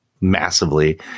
massively